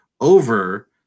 over –